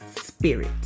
Spirit